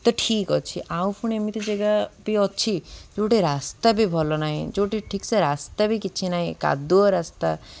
ତ ଠିକ୍ ଅଛି ଆଉ ପୁଣି ଏମିତି ଜାଗା ବି ଅଛି ଯେଉଁଠି ରାସ୍ତା ବି ଭଲ ନାହିଁ ଯେଉଁଠି ଠିକ୍ସେ ରାସ୍ତା ବି କିଛି ନାହିଁ କାଦୁଅ ରାସ୍ତା